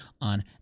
on